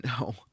No